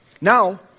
Now